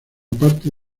parte